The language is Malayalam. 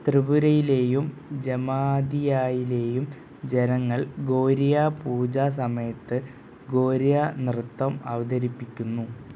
ത്രിപുരയിലെയും ജമാതിയായിലെയും ജനങ്ങൾ ഗോരിയാ പൂജ സമയത്ത് ഗോരിയാ നൃത്തം അവതരിപ്പിക്കുന്നു